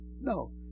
No